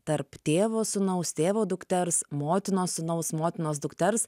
tarp tėvo sūnaus tėvo dukters motinos sūnaus motinos dukters